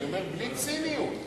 אני אומר בלי ציניות,